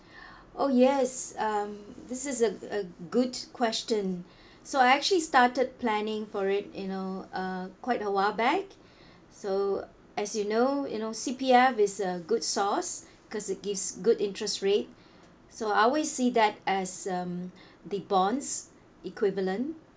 oh yes um this is a a good question so I actually started planning for it you know uh quite a while back so as you know you know C_P_F is a good source cause it gives good interest rate so I always see that as um the bonds equivalent